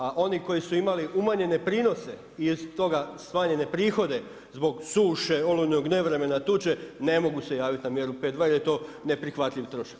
A oni koji su imali umanjene prinose i iz toga smanjene prihode zbog suše, olujnog nevremena, tuče ne mogu se javiti na mjeru 5.2 jer je to neprihvatljiv trošak.